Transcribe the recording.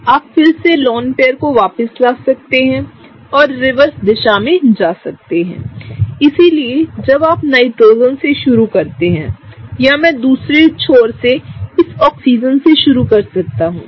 आप फिर से लोन पेयर को वापस ला सकते हैं और रिवर्स दिशा में जा सकते हैं इसलिए जब आप नाइट्रोजन से शुरू करते हैं या मैं दूसरे छोर से इस ऑक्सीजन से शुरू कर सकता हूं